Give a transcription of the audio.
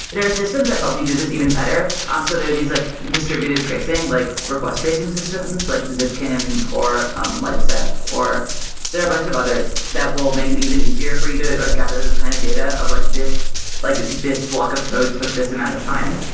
there are systems that help you do this even better. um so there's these like distributed tracing, like request tracing systems, like zipkin or light staff or there are a bunch of others that will make it even easier for you to gather this kind of data of, like this like this block of code took this amount of time.